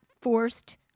forced